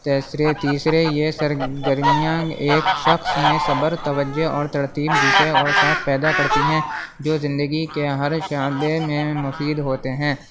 تیسرے تیسرے یہ سرگرمیاں ایک شخص میں صبر توجہ اور ترتیب جیسے اوصاف پیدا کرتی ہیں جو زندگی کے ہر شعبے میں مفید ہوتے ہیں